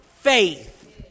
faith